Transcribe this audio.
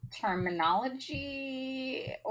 terminology